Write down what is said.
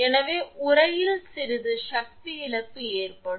எனவே உறையில் சிறிது சக்தி இழப்பு ஏற்படும்